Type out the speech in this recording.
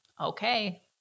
okay